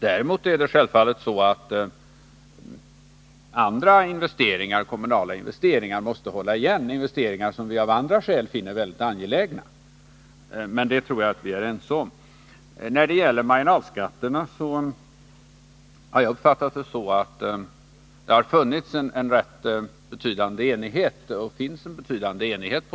Däremot är det självfallet så att andra investeringar, t.ex. kommunala, som vi av andra skäl finner angelägna måste hållas igen. Men det tror jag vi är ense om. Beträffande marginalskatterna har jag uppfattat det så, att det har funnits och finns en rätt betydande enighet.